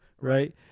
right